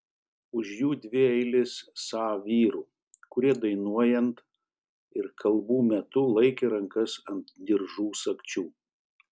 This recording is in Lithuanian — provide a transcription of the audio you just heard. už jų dvi eilės sa vyrų kurie dainuojant ir kalbų metu laikė rankas ant diržų sagčių